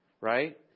right